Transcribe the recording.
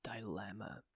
Dilemma